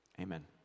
Amen